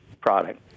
product